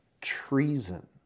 treason